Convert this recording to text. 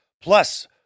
Plus